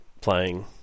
playing